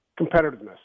Competitiveness